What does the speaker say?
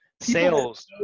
Sales